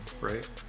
right